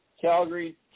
Calgary